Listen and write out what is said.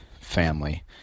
family